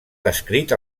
descrit